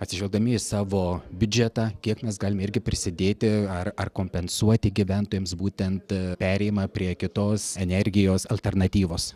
atsižvelgdami į savo biudžetą kiek mes galim irgi prisidėti ar ar kompensuoti gyventojams būtent perėjimą prie kitos energijos alternatyvos